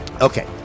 Okay